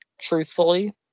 truthfully